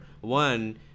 one